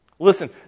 Listen